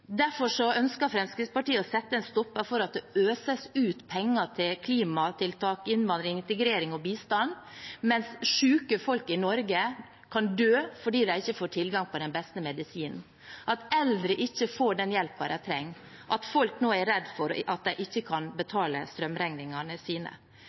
Derfor ønsker Fremskrittspartiet å sette en stopper for at det øses ut penger til klimatiltak, innvandring, integrering og bistand, mens syke folk i Norge kan dø fordi de ikke får tilgang på den beste medisinen, mens eldre ikke får den hjelpen de trenger, og folk er redde for at de ikke kan betale strømregningene sine.